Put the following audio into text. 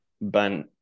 Ben